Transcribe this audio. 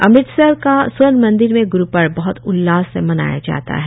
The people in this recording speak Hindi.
अमृतसर क स्वर्ण मंदिर में ग्रु पर्व बह्त उल्लास से मनाया जाता है